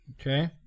Okay